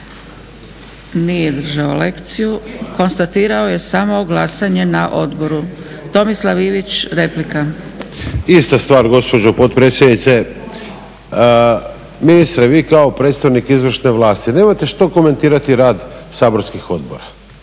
Nije držao lekciju, konstatirao je samo glasanje na odboru. Tomislav Ivić, replika. **Ivić, Tomislav (HDZ)** Ista stvar gospođo potpredsjednice. Ministre vi kao predstavnik izvršne vlasti nemate što komentirati rad Saborskih odbora